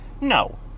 No